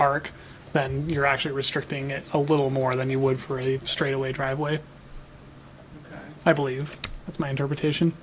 park then you're actually restricting it a little more than you would for a straight away driveway i believe that's my interpretation